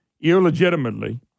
illegitimately